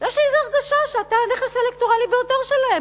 יש לי איזו הרגשה שאתה הנכס האלקטורלי ביותר שלהם.